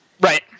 Right